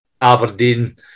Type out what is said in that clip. Aberdeen